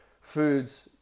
foods